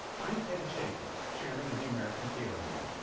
i'm ted chapin. chairman of the american theater wing.